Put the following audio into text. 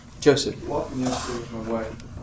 Joseph